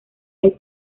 del